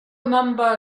mumbled